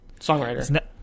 songwriter